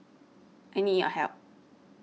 I need your help